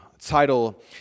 title